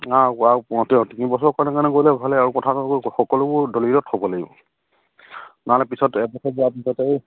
তিনি বছৰ কাৰণে কৰিলে ভালেই আৰু সকলোবোৰ দলিলত হ'ব লাগিব নহ'লে পিছত এবছৰ যোৱাৰ পিছতে